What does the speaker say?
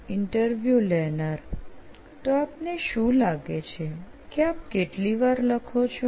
interview લેનાર તો આપને શું લાગે છે કે આપ કેટલી વાર લખો છો